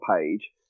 page